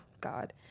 God